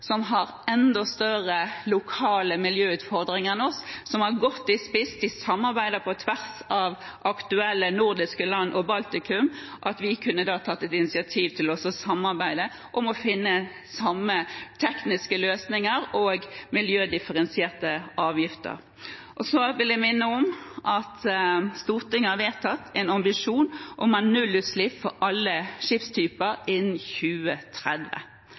som har enda større lokale miljøutfordringer enn oss, og som har stått i spissen og samarbeider på tvers av aktuelle nordiske land og Baltikum. Vi kunne tatt initiativ til å samarbeide om å finne samme tekniske løsninger og miljødifferensierte avgifter. Jeg vil minne om at Stortinget har vedtatt en ambisjon om nullutslipp for alle skipstyper innen 2030.